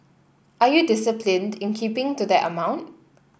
are you disciplined in keeping to that amount